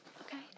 Okay